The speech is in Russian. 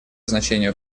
значение